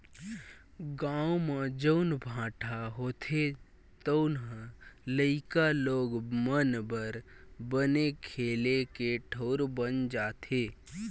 गाँव म जउन भाठा होथे तउन ह लइका लोग मन बर बने खेले के ठउर बन जाथे